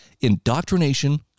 Indoctrination